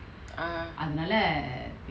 ah